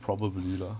probably lah